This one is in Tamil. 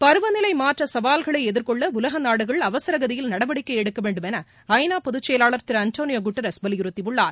பருவநிலை மாற்ற சவால்களை எதிர்கொள்ள உலக நாடுகள் அவசரகதியில் நடவடிக்கை எடுக்க வேண்டும் என ஐநா பொதுச் செயலாளர் திரு அன்டோனியோ குட்ரஸ் வலியுறுத்தியுள்ளார்